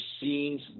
scenes